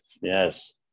yes